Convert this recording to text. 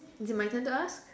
is it my turn to ask